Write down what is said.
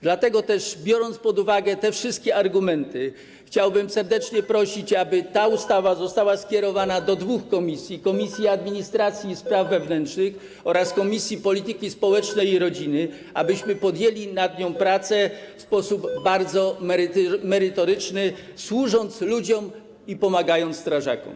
Dlatego też, biorąc pod uwagę te wszystkie argumenty, chciałbym serdecznie prosić, aby ta ustawa została skierowana do dwóch komisji: Komisji Administracji i Spraw Wewnętrznych oraz Komisji Polityki Społecznej i Rodziny, abyśmy podjęli nad nią pracę w sposób bardzo merytoryczny, służąc ludziom i pomagając strażakom.